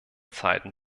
zeiten